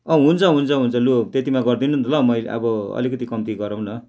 अँ हुन्छ हुन्छ हुन्छ लु त्यतिमा गरिदिनु नि त ल मैले अब अलिकति कम्ती गरौँ न